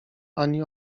ani